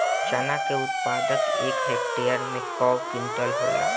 चना क उत्पादन एक हेक्टेयर में कव क्विंटल होला?